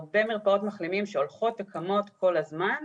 הרבה מרפאות מחלימים שהולכות וקמות כל הזמן.